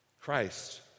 Christ